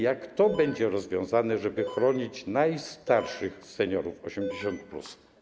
Jak to będzie rozwiązane, żeby chronić najstarszych seniorów 80+?